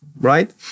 right